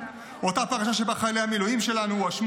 אותה פרשה שבה חיילי המילואים שלנו הואשמו